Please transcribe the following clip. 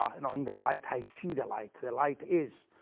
um in i mean thy light i see the light. the light is